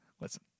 listen